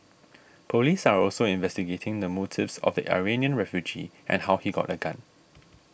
police are also investigating the motives of the Iranian refugee and how he got a gun